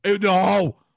No